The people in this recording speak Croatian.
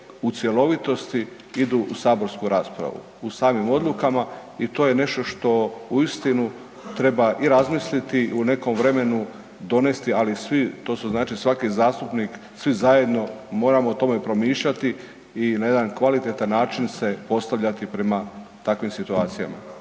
u cjelovitosti idu u saborsku raspravu u samim odlukama. I to je nešto što uistinu treba i razmisliti u nekom vremenu donesti, ali svi to je znači svaki zastupnik svi zajedno moramo o tome promišljati i na jedan kvalitetan način se postavljati prema takvim situacijama.